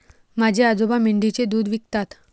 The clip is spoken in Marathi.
माझे आजोबा मेंढीचे दूध विकतात